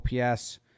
OPS